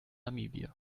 namibia